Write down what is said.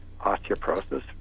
osteoporosis